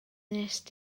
wnest